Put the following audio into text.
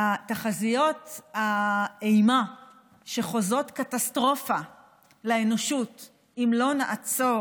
תחזיות האימה שחוזות קטסטרופה לאנושות אם לא נעצור